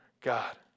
God